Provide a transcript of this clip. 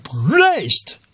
raised